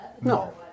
No